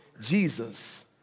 Jesus